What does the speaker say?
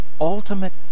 ultimate